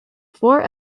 four